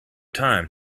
time